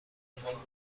تامشکلمون